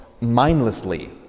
mindlessly